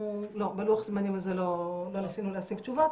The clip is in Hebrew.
בלוח הזמנים הזה לא ניסינו להשיג תשובות,